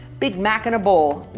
big mac in a bowl.